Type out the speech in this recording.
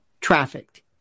trafficked